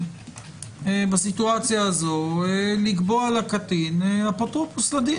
בסיטואציה הזאת לקבוע לדין אפוטרופוס לדין,